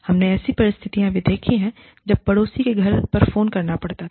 हमने ऐसी परिस्थितियां देखी है जब हमें पड़ोसी के घर पर फोन करना पड़ता था